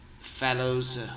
fellows